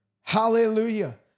Hallelujah